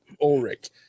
Ulrich